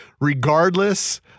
regardless